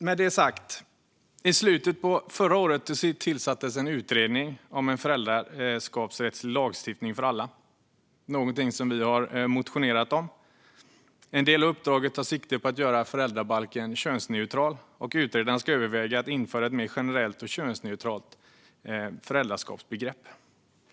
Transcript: Med detta sagt - i slutet av förra året tillsattes en utredning om en föräldraskapsrättslig lagstiftning för alla, något vi har motionerat om. En del av uppdraget tar sikte på att göra föräldrabalken könsneutral, och utredaren ska överväga att införa ett mer generellt och könsneutralt föräldraskapsbegrepp.